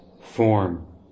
form